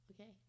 okay